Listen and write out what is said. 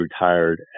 retired